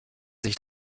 sich